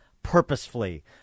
purposefully